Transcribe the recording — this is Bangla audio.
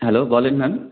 হ্যালো বলুন ম্যাম